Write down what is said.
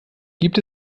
gibt